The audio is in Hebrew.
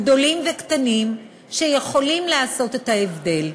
גדולים וקטנים, שיכולים לעשות את ההבדל.